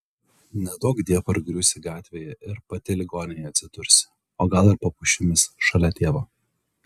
neduokdie pargriūsi gatvėje ir pati ligoninėje atsidursi o gal ir po pušimis šalia tėvo